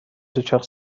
دوچرخه